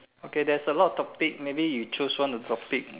okay there's a lot of topic maybe you choose one of the topic